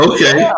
Okay